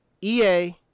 EA